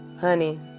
Honey